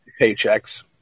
Paychecks